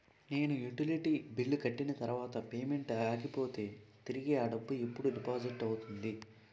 నేను utility bill కట్టిన తర్వాత పేమెంట్ ఆగిపోతే తిరిగి అ డబ్బు ఎప్పుడు డిపాజిట్ అవుతుంది?